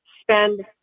spend